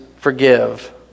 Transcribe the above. forgive